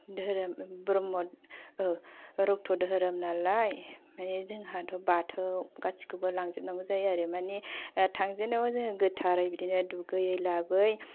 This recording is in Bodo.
धोरोम ब्रह्म रक्त' धोरोम नालाय माने जोंहाथ' बाथौ गासैखौबो लांजोबनांगौ जायो आरो माने थांजेननायाव जोङो गोथारै बिदिनो दुगैयै लोबै